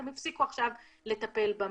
הם הפסיקו עכשיו לטפל במגן.